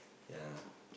ya